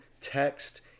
text